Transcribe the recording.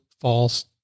false